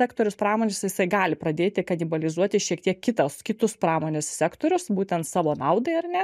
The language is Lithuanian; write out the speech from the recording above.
sektorius pramonės jisai gali pradėti kanibalizuoti šiek tiek kitas kitus pramonės sektorius būtent savo naudai ar ne